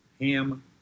ham